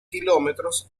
kilómetros